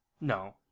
No